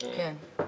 כן.